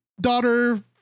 daughter